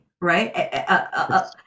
right